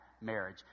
marriage